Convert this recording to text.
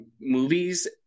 movies